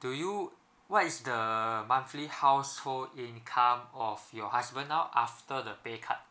do you what is the monthly household income of your husband now after the pay cut